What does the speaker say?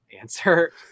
answer